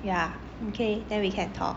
ya okay then we can talk